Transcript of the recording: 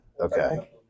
Okay